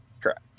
Correct